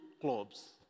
clubs